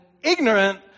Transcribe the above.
ignorant